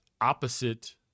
opposite